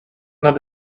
not